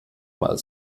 mal